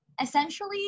essentially